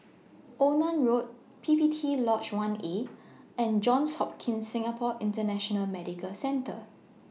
Onan Road P P T Lodge one A and Johns Hopkins Singapore International Medical Centre